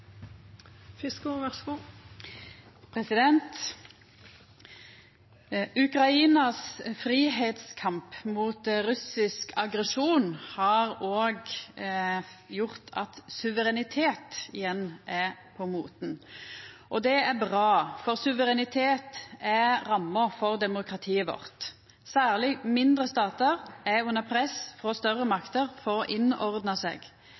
på moten. Det er bra, for suverenitet er ramma for demokratiet vårt. Særleg mindre statar er under press frå større makter for å innordna seg,